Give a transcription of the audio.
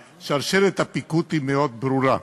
ושרשרת הפיקוד היא מאוד ברורה.